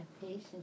patience